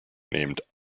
named